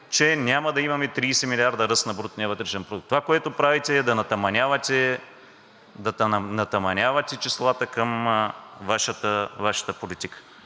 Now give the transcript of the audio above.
че няма да имаме 30 милиарда ръст на брутния вътрешен продукт. Това, което правите, е да натаманявате числата към Вашата политика.